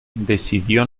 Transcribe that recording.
decidió